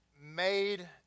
made